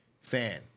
fan